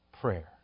prayer